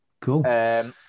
Cool